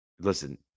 listen